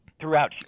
throughout